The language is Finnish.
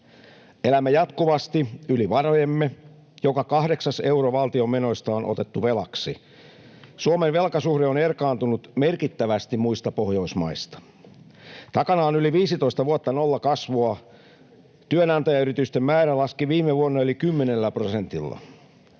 Elämme jatkuvasti yli varojemme, joka kahdeksas euro valtion menoista on otettu velaksi. Suomen velkasuhde on erkaantunut merkittävästi muista Pohjoismaista. Takana on yli 15 vuotta nollakasvua. Työnantajayritysten määrä laski viime vuonna yli 10 prosentilla.